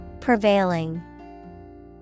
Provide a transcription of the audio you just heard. Prevailing